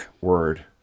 word